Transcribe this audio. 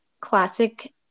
classic